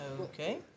Okay